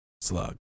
Slug